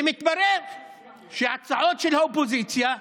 ומתברר שהצעות של האופוזיציה,